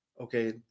okay